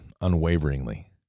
unwaveringly